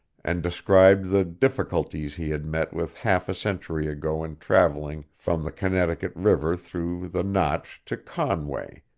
and described the difficulties he had met with half a century ago in travelling from the connecticut river through the notch to conway,